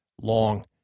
long